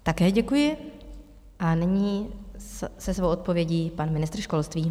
Také děkuji a nyní se svou odpovědí pan ministr školství.